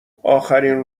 اخرین